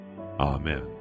Amen